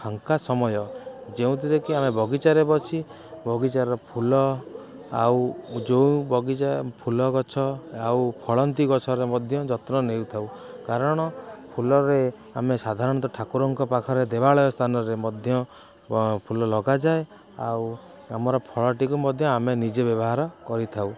ଫାଙ୍କା ସମୟ ଯେଉଁଥିରେ କି ଆମେ ବଗିଚାରେ ବସି ବଗିଚାର ଫୁଲ ଆଉ ଯେଉଁ ବଗିଚା ଫୁଲଗଛ ଆଉ ଫଳନ୍ତି ଗଛର ମଧ୍ୟ ଯତ୍ନ ନେଇଥାଉ କାରଣ ଫୁଲରେ ଆମେ ସାଧାରଣତଃ ଠାକୁରଙ୍କ ପାଖରେ ଦେବାଳୟ ସ୍ଥାନରେ ମଧ୍ୟ ଫୁଲ ଲଗାଯାଏ ଆଉ ଆମର ଫଳଟିକୁ ମଧ୍ୟ ଆମେ ନିଜେ ବ୍ୟବହାର କରିଥାଉ